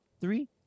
three